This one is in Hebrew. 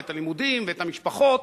את הלימודים, את המשפחות,